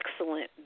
excellent